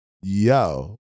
yo